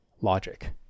logic